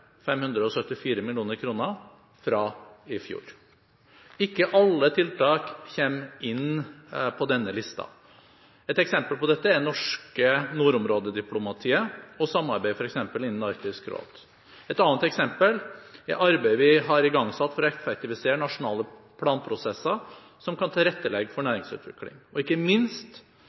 574 mill. kr, fra i fjor. Ikke alle tiltak kommer inn på denne listen. Et eksempel på dette er det norske nordområdediplomatiet og samarbeid f.eks. innen Arktisk råd. Et annet eksempel er arbeid vi har igangsatt for å effektivisere nasjonale planprosesser som kan tilrettelegge for næringsutvikling. Ikke minst